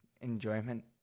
enjoyment